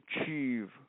achieve